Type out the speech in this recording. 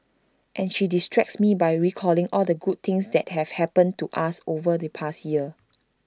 and she distracts me by recalling all the good things that have happened to us over the past year